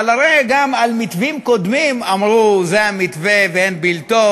אבל הרי גם על מתווים קודמים אמרו: זה המתווה ואין בלתו,